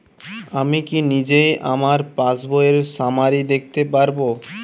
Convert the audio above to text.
আমি কি নিজেই আমার পাসবইয়ের সামারি দেখতে পারব?